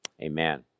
amen